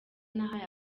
nahaye